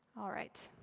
all right,